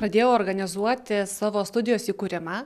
padėjau organizuoti savo studijos įkūrimą